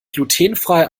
glutenfrei